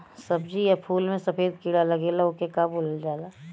सब्ज़ी या फुल में सफेद कीड़ा लगेला ओके का बोलल जाला?